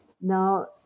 Now